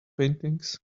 paintings